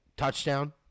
Touchdown